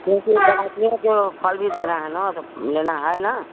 क्योंकि बरातियों को फल भी देना है ना तो लेना है ना